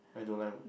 I don't like